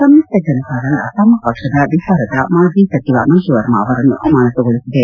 ಸಂಯುಕ್ತ ಜನತಾದಳ ತಮ್ಮ ಪಕ್ಷದ ಬಿಹಾರದ ಮಾಜಿ ಸಚಿವ ಮಂಜು ವರ್ಮ ಅವರನ್ನು ಅಮಾನತುಗೊಳಿಸಿದೆ